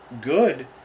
good